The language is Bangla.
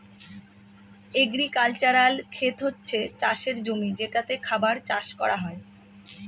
এগ্রিক্যালচারাল খেত হচ্ছে চাষের জমি যেটাতে খাবার চাষ করা হয়